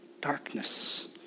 darkness